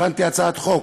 הכנתי הצעת חוק,